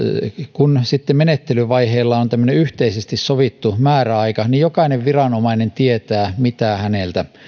kun sitten menettelyvaiheella on tämmöinen yhteisesti sovittu määräaika niin jokainen viranomainen tietää mitä häneltä